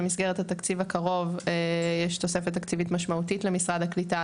במסגרת התקציב הקרוב יש תוספת משמעותית למשרד הקליטה,